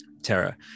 Terror